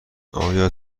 آیا